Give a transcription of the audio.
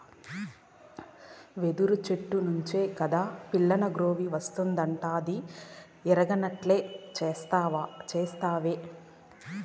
యెదురు చెట్ల నుంచే కాదా పిల్లనగ్రోవస్తాండాది ఎరగనట్లే సెప్తావే